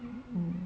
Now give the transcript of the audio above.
hmm